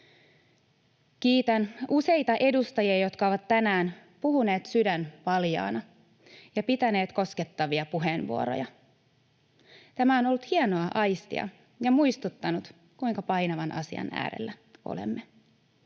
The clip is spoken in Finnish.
Kiitän useita edustajia, jotka ovat tänään puhuneet sydän paljaana ja pitäneet koskettavia puheenvuoroja. Tämä on ollut hienoa aistia ja muistuttanut, kuinka painavan asian äärellä olemme.